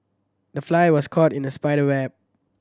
the fly was caught in the spider web